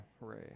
Hooray